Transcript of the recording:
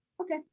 okay